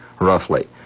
roughly